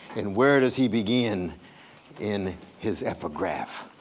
and where does he begin in his epigraph?